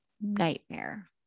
nightmare